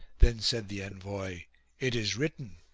then said the envoy it is written,